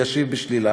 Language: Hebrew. הוא ישיב בשלילה.